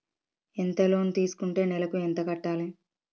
ఎంత లోన్ తీసుకుంటే నెలకు ఎంత కట్టాలి?